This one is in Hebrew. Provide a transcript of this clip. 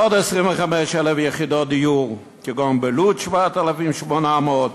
עוד 25,000 יחידות דיור: בלוד, 7,800,